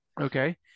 Okay